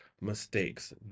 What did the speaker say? mistakes